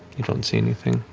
you don't see anything.